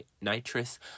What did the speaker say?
nitrous